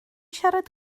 siarad